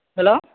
hello